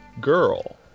Girl